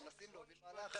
אנחנו מנסים להוביל מהלך.